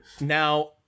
Now